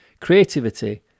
Creativity